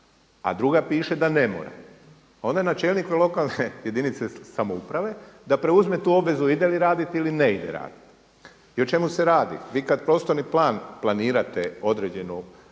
a druga piše da ne mora. Onda je na čelniku jedinice lokalne samouprave da preuzme tu obvezu ide li raditi ili ne ide raditi. I o čemu se radi? vi kada prostorni plan planirate određenu